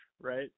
right